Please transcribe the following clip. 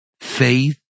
faith